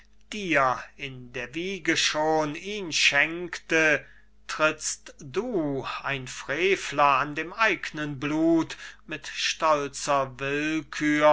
dir in der wiege schon ihn schenkte trittst du ein frevler an dem eignen blut mit stolzer willkür